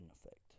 effect